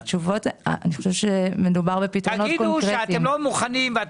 הדיון הזה לא נוגע רק לאופקים.